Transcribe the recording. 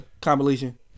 compilation